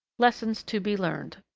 lessons to be learned.